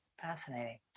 Fascinating